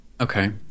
Okay